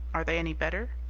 are they any better?